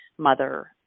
Mother